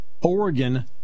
Oregon